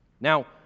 Now